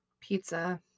Pizza